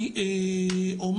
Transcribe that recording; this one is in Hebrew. אני אומר